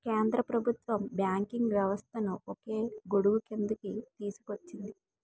కేంద్ర ప్రభుత్వం బ్యాంకింగ్ వ్యవస్థను ఒకే గొడుగుక్రిందికి తీసుకొచ్చింది